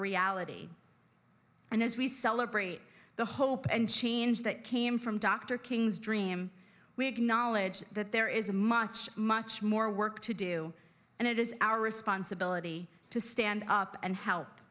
reality and as we celebrate the hope and change that came from dr king's dream we acknowledge that there is much much more work to do and it is our responsibility to stand up and help